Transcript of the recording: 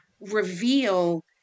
reveal